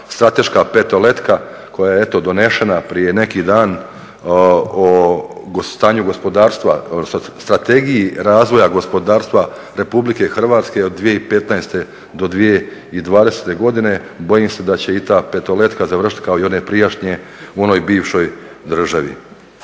strateška petoletka koja je eto donešena prije neki dan o stanju gospodarstva odnosno strategiji razvoja gospodarstva RH od 2015.do 2020.godine, bojim se da će i ta petoletka završiti kao i one prijašnje u onoj bivšoj državi.